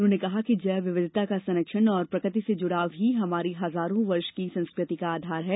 उन्होंने कहा कि जैव विविधता का संरक्षण और प्रकृति से जुड़ाव ही हमारी हजारों वर्ष की संस्कृति का आधार है